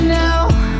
now